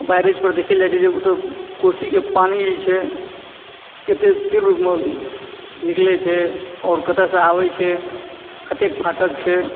barrage पर देखय लऽ जाइत छै ओतए कोशीके पानी जे छै कतय तीव्र निकलैत छै आओर कतयसँ आबय छै कतेक फाटक छै